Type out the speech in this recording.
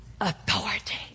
authority